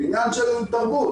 זה עניין של תרבות.